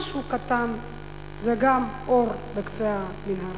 משהו קטן זה גם אור בקצה המנהרה.